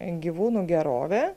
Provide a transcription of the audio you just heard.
gyvūnų gerove